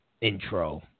intro